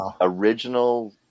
original